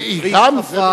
היא גם,